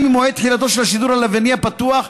ממועד תחילתו של השידור הלווייני הפתוח,